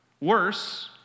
Worse